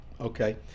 Okay